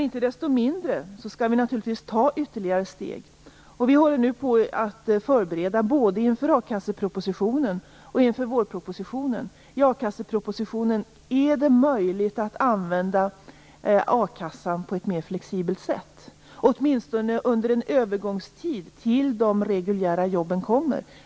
Icke desto mindre skall vi naturligtvis ta ytterligare steg. Vi håller nu på med förberedelserna inför både a-kassepropositionen och vårpropositionen. Beträffande a-kassepropositionen är det möjligt att använda a-kassan på ett mer flexibelt sätt, åtminstone under en övergångstid tills de reguljära jobben kommer.